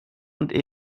und